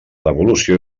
devolució